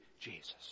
Jesus